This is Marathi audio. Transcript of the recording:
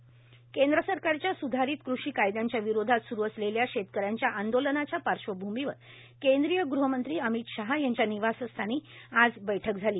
किसान संघर्ष समन्वय समिती केंद्र सरकारच्या सुधारीत कृषी कायद्यांच्या विरोधात सुरु असलेल्या शेतकऱ्यांच्या आंदोलनाच्या पार्श्वभूमीवर केंद्रीय गृहमंत्री अमित शहा यांच्या निवासस्थानी आज बैठक झाली